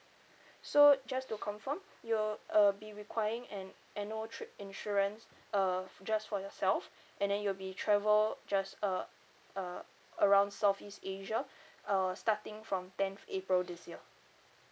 so just to confirm you'll uh be requiring an annual trip insurance uh just for yourself and then you'll be travel just uh uh around southeast asia uh starting from tenth april this year